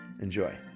Enjoy